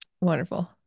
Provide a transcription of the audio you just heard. Wonderful